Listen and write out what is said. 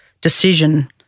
decision